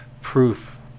proof